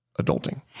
adulting